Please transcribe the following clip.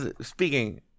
speaking